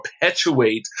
perpetuate